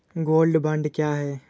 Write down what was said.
Gold bond क्या है?